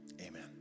Amen